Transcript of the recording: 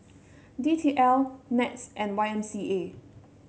D T L NETS and Y M C A